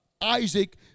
Isaac